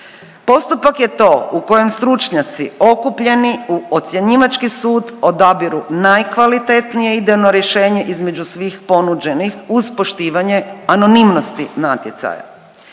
Postupak je to u kojem stručnjaci okupljeni u ocjenjivački sud odabiru najkvalitetnije idejno rješenje između svih ponuđenih uz poštivanje anonimnosti natječaja.